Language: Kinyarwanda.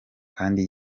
kandi